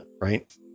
right